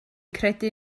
credu